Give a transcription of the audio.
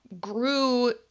grew